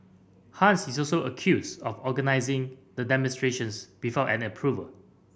Hans is also accused of organising the demonstrations before an approval